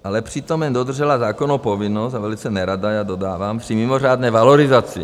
Ale přitom jen dodržela zákonnou povinnost a velice nerada já dodávám při mimořádné valorizaci.